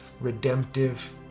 redemptive